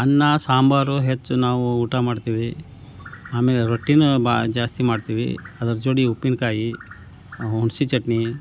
ಅನ್ನ ಸಾಂಬಾರು ಹೆಚ್ಚು ನಾವು ಊಟ ಮಾಡ್ತೀವಿ ಆಮೇಲೆ ರೊಟ್ಟಿನೂ ಬ ಜಾಸ್ತಿ ಮಾಡ್ತೀವಿ ಅದ್ರ ಜೋಡಿ ಉಪ್ಪಿನಕಾಯಿ ಹುಣ್ಸೆ ಚಟ್ನಿ